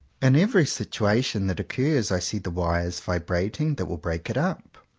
in every situation that occurs i see the wires vibrating that will break it up.